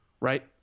right